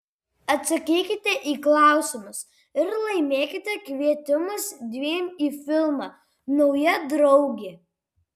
atsakykite į klausimus ir laimėkite kvietimus dviem į filmą nauja draugė